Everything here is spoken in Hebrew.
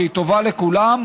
שהיא טובה לכולם,